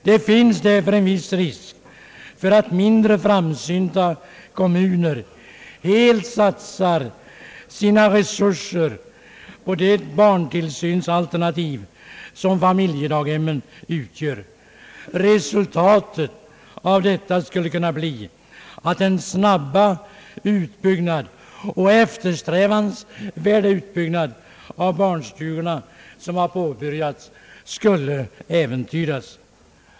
Det finns därför en viss risk för att mindre framsynta kommuner helt satsar sina resurser på det barntillsynsalternativ som familjedaghemmen utgör. Resultatet av detta skulle kunna bli att den snabba och eftersträvansvärda utbyggnad av barnstugorna, som har påbörjats, blir äventyrad.